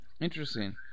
Interesting